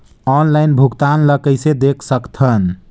Online भुगतान ल कइसे देख सकथन?